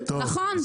נכון?